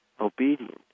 obedient